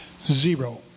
Zero